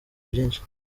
byinshi